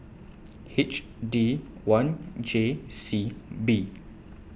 H D one J C B